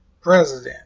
president